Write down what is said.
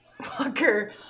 Fucker